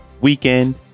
weekend